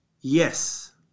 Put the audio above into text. Yes